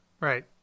Right